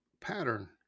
pattern